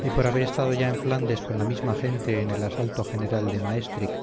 y por haber estado ya en flandes con la misma gente en el asalto general de maestric